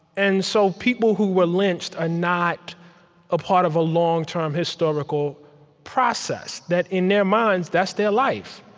and so people who were lynched are not a part of a long-term historical process that in their minds, that's their life,